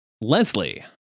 Leslie